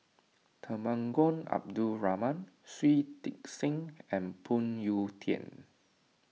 Temenggong Abdul Rahman Shui Tit Sing and Phoon Yew Tien